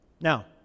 Now